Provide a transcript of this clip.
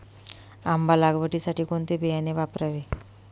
आंबा लागवडीसाठी कोणते बियाणे वापरावे?